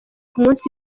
umunsi